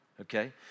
okay